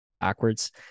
backwards